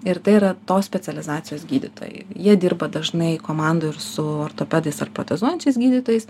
ir tai yra tos specializacijos gydytojai jie dirba dažnai komandoj ir su ortopedais ar pozuojančiais gydytojais